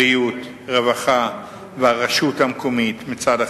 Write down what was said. בריאות, רווחה והרשות המקומית מצד אחד,